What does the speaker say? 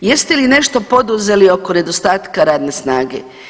Jeste li nešto poduzeli oko nedostatka radne snage?